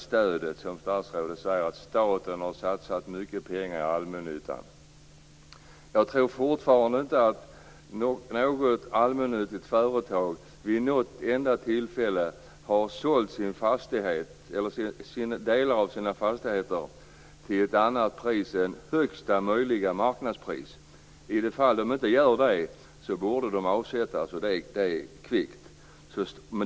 Statsrådet säger att staten har satsat mycket pengar i allmännyttan. Jag tror inte att något allmännyttigt företag vid något enda tillfälle har sålt delar av sina fastigheter till ett annat pris än högsta möjliga marknadspris. Ifall de inte gör det så borde de avsättas, och det kvickt.